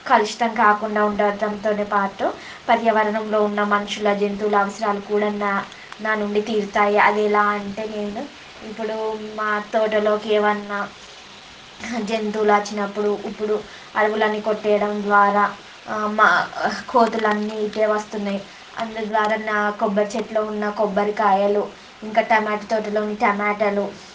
కలుషితం కాకుండా ఉండటంతోనే పాటు పర్యావరణంలో ఉన్న మనుషుల జంతువుల అవసరాలు కూడా నా నా నుండి తీరుతాయి అది ఎలా అంటే నేను ఇప్పుడు మా తోటలోకి ఏవన్నా జంతువులొచ్చిన్నప్పుడు ఇప్పుడు అడవులన్నీ కొట్టేయడం ద్వారా మా కోతులు అన్ని ఇటే వస్తున్నాయి అందుద్వారా నా కొబ్బరి చెట్టులో ఉన్న కొబ్బరికాయలు ఇంకా టమాట తోటలోని టమాటాలు